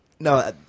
No